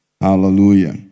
Hallelujah